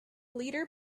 leader